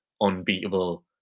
unbeatable